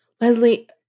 Leslie